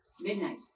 midnight